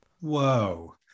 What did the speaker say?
Whoa